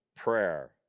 Prayer